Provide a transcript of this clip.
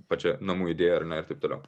pačia namų idėja ar ne ir taip toliau